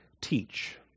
teach